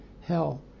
hell